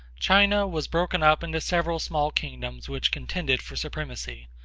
china was broken up into several small kingdoms which contended for supremacy,